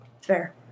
fair